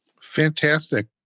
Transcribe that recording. fantastic